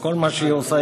וכל מה שהיא עושה,